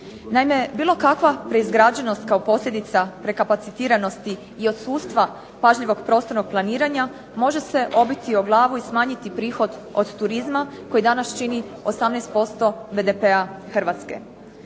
Naime, bilo kakva preizgrađenost kao posljedica prekapacitiranosti i odsustva pažljivog prostornog planiranja može se obiti o glavu i smanjiti prihod od turizma koji danas čini 18% BDP-a Hrvatske.